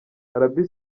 arabie